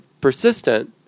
persistent